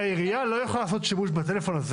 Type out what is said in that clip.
העירייה לא יכולה לעשות שימוש במספר הטלפון הזה